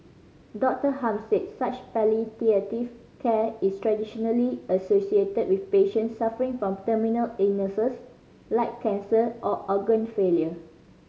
Doctor Hum said such palliative care is traditionally associated with patient suffering from terminal illnesses like cancer or organ failure